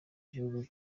gihugu